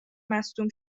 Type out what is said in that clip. مصدوم